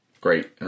great